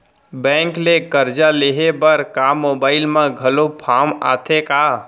Bank ले करजा लेहे बर का मोबाइल म घलो फार्म आथे का?